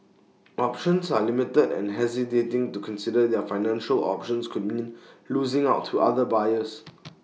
options are limited and hesitating to consider their financial options could mean losing out to other buyers